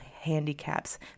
handicaps